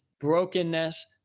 brokenness